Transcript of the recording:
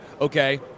okay